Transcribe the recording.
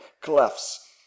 clefts